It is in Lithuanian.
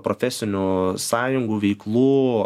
profesinių sąjungų veiklų